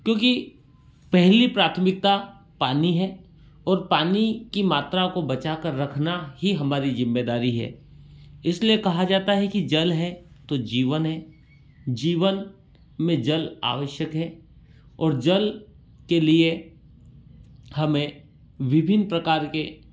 क्योंकि पहली प्राथमिकता पानी है और पानी की मात्रा को बचा कर रखना ही हमारी जिम्मेदारी है इसलिए कहा जाता है कि जल है तो जीवन है जीवन में जल आवश्यक है और जल के लिए हमें विभिन्न प्रकार के